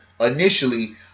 initially